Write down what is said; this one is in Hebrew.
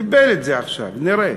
קיבל את זה עכשיו, נראה.